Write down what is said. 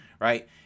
right